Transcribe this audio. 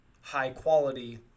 high-quality